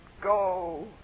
Go